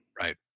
Right